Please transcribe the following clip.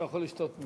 אתה יכול לשתות מזה.